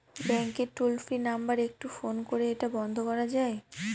ব্যাংকের toll free number একটু phone করে এটা বন্ধ করা যায়?